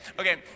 Okay